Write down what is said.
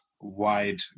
wide